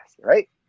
Right